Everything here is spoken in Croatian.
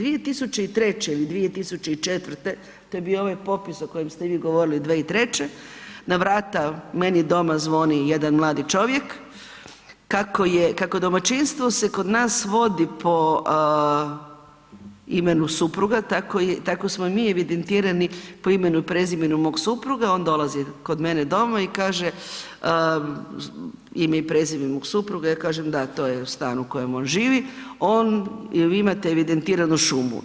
2003. ili 2004., to je bio ovaj popis o kojem ste i vi govorili 2003., na vrata meni doma zvoni jedan mladi čovjek kako domaćinstvo se kod nas vodi po imenu supruga, tako smo i mi evidentirani po imenu i prezimenu mog supruga, on dolazi kod mene doma i kaže, ime i prezime mog supruga, ja kažem da, to je stan u kojem on živi, on, je li vi imate evidentiranu šumu.